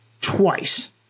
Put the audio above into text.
twice